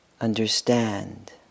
understand